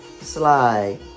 slide